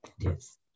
Yes